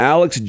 Alex